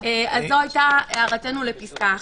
זו הערתנו לפסקה (1).